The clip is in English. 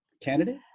candidate